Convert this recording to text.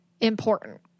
important